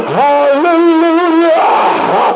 hallelujah